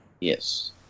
Yes